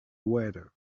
water